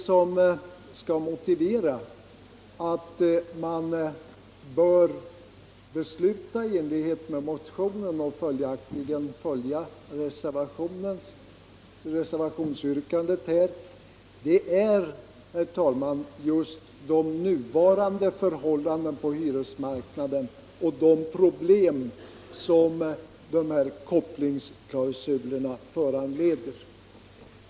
Det som motiverar att riksdagen bör besluta i enlighet med motionen och följaktligen bifalla yrkandet i reservationen är, herr talman, just de nuvarande förhållandena på hyresmarknaden och de problem som dessa kopplingsklausuler föranleder.